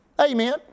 Amen